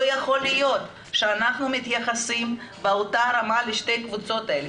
לא יכול להיות שאנחנו מתייחסים באותה רמה לשתי הקבוצות האלה.